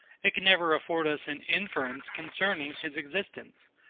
it can never afford us an inference concerning his existence.